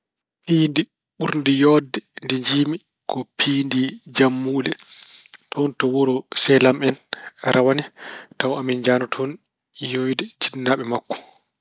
Piindi ɓurdi yooɗde ndi njiymi ko piindi jammuule, toon to wuro sehil am en, rawane tawa amin njahnoo toon yiyoyde jinnaaɓe makko.